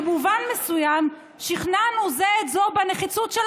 במובן מסוים שכנענו זה את זה בנחיצות של